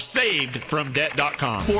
savedfromdebt.com